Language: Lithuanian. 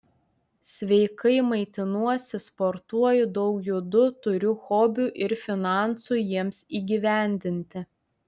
sveikai maitinuosi sportuoju daug judu turiu hobių ir finansų jiems įgyvendinti